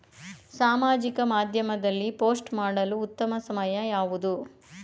ಸಾಮಾಜಿಕ ಮಾಧ್ಯಮದಲ್ಲಿ ಪೋಸ್ಟ್ ಮಾಡಲು ಉತ್ತಮ ಸಮಯ ಯಾವುದು?